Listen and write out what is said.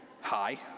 hi